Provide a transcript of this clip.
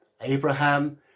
Abraham